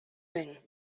мең